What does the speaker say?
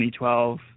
2012